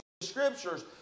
scriptures